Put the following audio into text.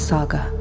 Saga